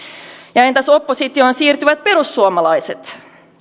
ja entäs oppositioon siirtyvät perussuomalaiset